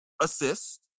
assist